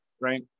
right